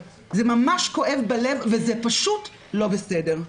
זה ממש כואב בלב וזה פשוט לא בסדר.